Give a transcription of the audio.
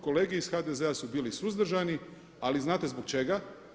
Kolege iz HDZ-a su bili suzdržani, ali znate zbog čega?